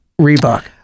reebok